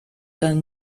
dann